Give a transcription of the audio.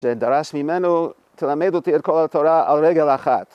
זה דרס ממנו, תלמד אותי את כל התורה על רגל אחת.